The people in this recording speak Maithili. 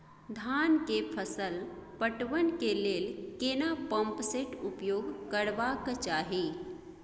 धान के फसल पटवन के लेल केना पंप सेट उपयोग करबाक चाही?